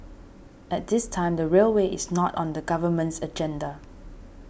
at this time the railway is not on the government's agenda